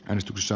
äänestyksessä